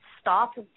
Stop